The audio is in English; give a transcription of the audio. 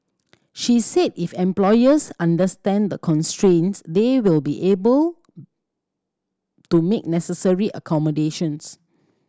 she said if employers understand the constraints they will be able to make the necessary accommodations